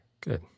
Good